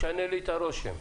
תשנה לי את הרושם.